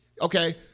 Okay